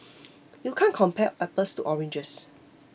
you can't compare apples to oranges